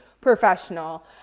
professional